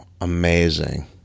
Amazing